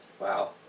Wow